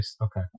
Okay